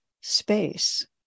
space